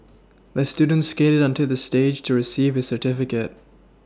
the student skated onto the stage to receive his certificate